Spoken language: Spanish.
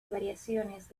variaciones